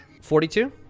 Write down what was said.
Forty-two